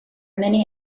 many